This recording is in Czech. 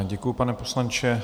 Děkuji, pane poslanče.